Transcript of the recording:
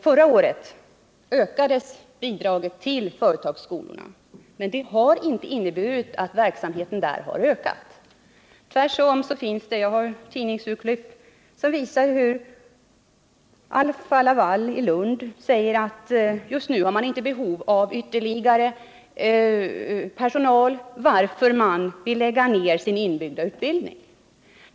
Förra året ökades bidraget till företagsskolorna, men detta har inte inneburit att verksamheten där har ökat — tvärtom. Jag har ett tidningsurklipp här där det står att läsa att man i Alfa-Laval i Lund säger att företaget just nu inte har behov av ytterligare personal, varför man vill lägga ner sin inbyggda utbildning.